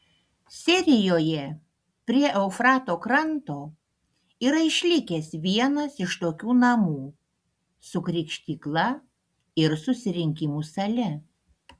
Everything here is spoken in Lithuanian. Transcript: sirijoje prie eufrato kranto yra išlikęs vienas iš tokių namų su krikštykla ir susirinkimų sale